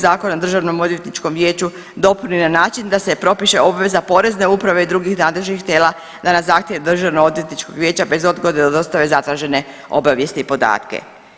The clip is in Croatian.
Zakona o Državnoodvjetničkom vijeću dopuni na način da se propiše obveza Porezne uprave i drugih nadležnih tijela da na zahtjev Državnoodvjetničkog vijeća bez odgode od dostave zatražene obavijesti i podatke.